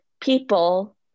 people